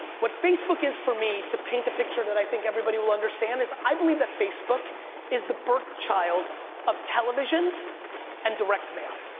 what facebook is for me, to paint a picture that i think everybody will understand, is i believe that facebook is the birth child of television and direct mail.